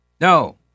No